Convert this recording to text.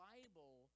Bible